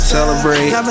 Celebrate